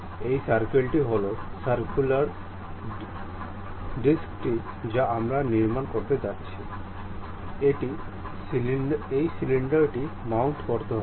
এই সার্কেলটি হলো সার্কুলার ডিস্কটি যা আমরা নির্মাণ করতে যাচ্ছি এটি সিলিন্ডারটি মাউন্ট করবে